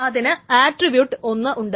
അതിന് ആറ്റ്ട്രിബ്യൂട്ട് ഒന്നുണ്ട്